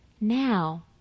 Now